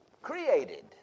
Created